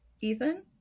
Ethan